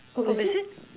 oh is it